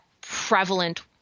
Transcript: prevalent